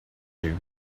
you